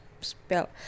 spell